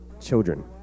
children